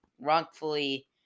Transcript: wrongfully